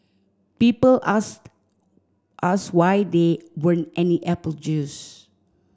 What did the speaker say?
people asked us why there weren't any apple juice